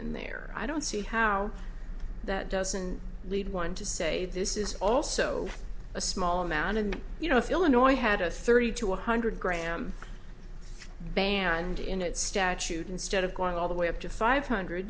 in there i don't see how that doesn't lead one to say this is also a small amount and you know if illinois had a thirty to one hundred gram band in it statute instead of going all the way up to five hundred